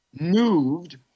moved